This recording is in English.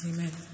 Amen